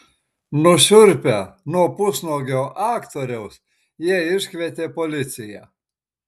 nušiurpę nuo pusnuogio aktoriaus jie iškvietė policiją